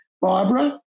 Barbara